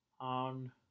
on